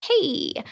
hey